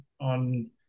on